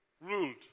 ruled